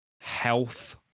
health